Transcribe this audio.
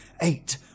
Eight